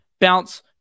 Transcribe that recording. bounce